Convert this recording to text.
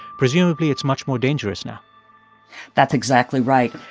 presumably it's much more dangerous now that's exactly right.